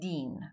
Dean